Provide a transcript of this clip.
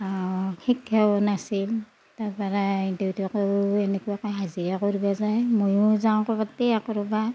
শিক্ষাও নাছিল তাৰপৰা দেউতাকো এনেকুৱাকে হাজিৰা কৰিব যায় মইও যাওঁ ক'ৰবাতে ক'ৰবাত